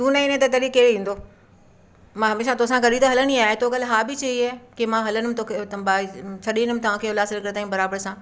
तू न ईंदे त तॾी केरु ईंदो मां हमेशह तोसां गॾु ई त हलंदी आहियां तू कल्ह हा बि चई हुई की मां हलंदुमि तोखे छॾींदमि तव्हां खे उल्हासनगर ताईं बराबरि सां